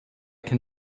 can